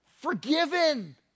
forgiven